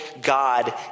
God